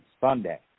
Sunday